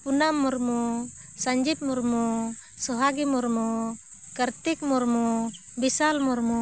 Punam Murmu Sanjib Murmu Sohagi Murmu Kartik Murmu Bishal Murmu